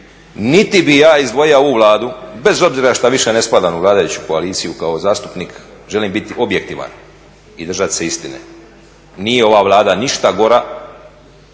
niti bi ja izdvojio ovu Vladu, bez obzira što više ne spadam u vladajuću koaliciju kao zastupnik, želim biti objektivan i držati se istine. Nije ova Vlada ništa od